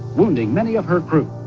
wounding many of her crew.